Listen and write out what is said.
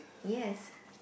yes